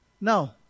No